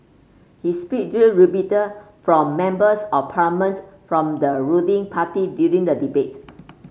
he speech drew rebuttal from Members of Parliament from the ruling party during the debate